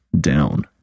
down